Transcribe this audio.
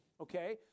okay